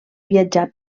viatjar